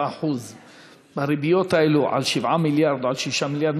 0.25% בריביות האלה על 7 מיליארד או על 6 מיליארד?